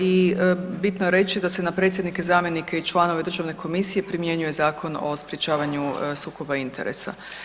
I bitno je reći da se na predsjednike i zamjenike i članove Državne komisije primjenjuje Zakon o sprječavanju sukoba interesa.